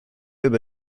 über